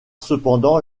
cependant